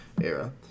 era